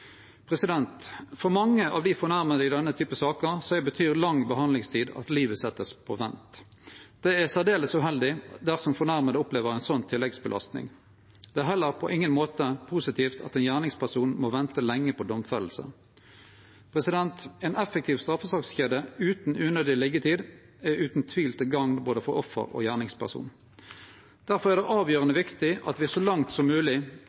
For mange av dei fornærma i denne typen saker betyr lang behandlingstid at livet vert sett på vent. Det er særdeles uheldig dersom fornærma opplever ei sånn tilleggsbelasting. Det er heller på ingen måte positivt at ein gjerningsperson må vente lenge på domfelling. Ei effektiv straffesakskjede utan unødig liggjetid er utan tvil til gagn for både offer og gjerningsperson. Difor er det avgjerande viktig at me så langt som